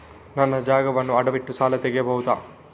ನನ್ನ ಜಾಗವನ್ನು ಅಡವಿಟ್ಟು ಸಾಲ ತೆಗೆಯಬಹುದ?